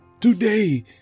Today